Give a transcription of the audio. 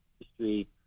industry